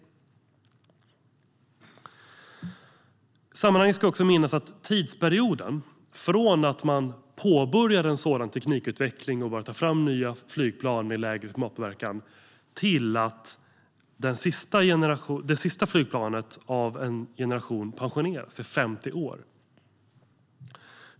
I sammanhanget ska vi också minnas att tidsperioden från att man påbörjar en sådan teknikutveckling och börjar ta fram nya flygplan med lägre klimatpåverkan till att det sista flygplanet av en generation pensioneras är 50 år.